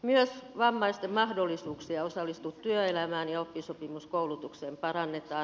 myös vammaisten mahdollisuuksia osallistua työelämään ja oppisopimuskoulutukseen parannetaan